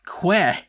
Que